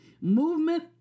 Movement